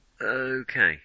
Okay